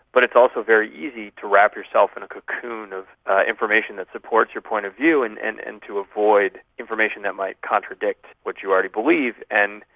but it's also very easy to wrap yourself in a cocoon of information that supports your point of view and and and to avoid information that might contradict what you already believe. and,